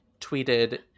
tweeted